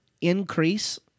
increase